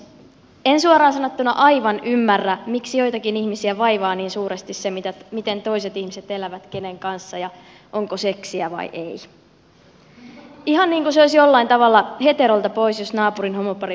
en suoraan sanottuna aivan ymmärrä miksi joitakin ihmisiä vaivaa niin suuresti se miten toiset ihmiset elävät kenen kanssa ja onko seksiä vai ei ihan niin kuin se olisi jollain tavalla heterolta pois jos naapurin homopari pääsee naimisiin